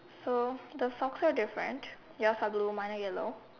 so the socks are different yours are blue mine are yellow